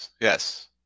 yes